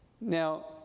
Now